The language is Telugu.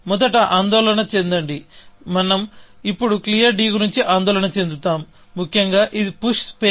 మొదట ఆందోళన చెందండి మనం ఇప్పుడు క్లియర్ గురించి ఆందోళన చెందుదాం ముఖ్యంగా ఇది పుష్ స్పేస్